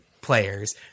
players